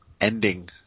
ending